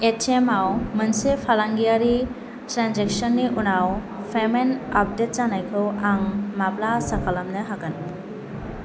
पेटिएमआव मोनसे फालांगियारि ट्रेन्जेक्सननि उनाव पेमेन्ट आपडेट जानायखौ आं माब्ला आसा खालामनो हागोन